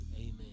Amen